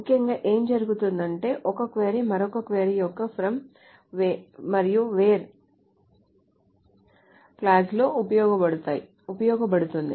ముఖ్యంగా ఏమి జరుగుతుందంటే ఒక క్వరీ మరొక క్వరీ యొక్క FROM మరియు WHERE క్లాజ్ లో ఉపయోగించబడుతుంది